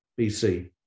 BC